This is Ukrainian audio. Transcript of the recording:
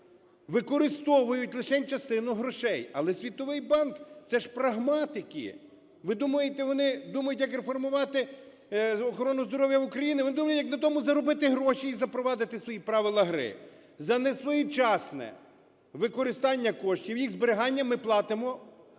використовують лишень частину грошей. Але Світовий банк – це ж прагматики. Ви думаєте, вони думають, як реформувати охорону здоров'я України? Вони думають, як на тому заробити гроші і запровадити свої правила гри. За несвоєчасне використання коштів і їх зберігання ми платимо штрафи.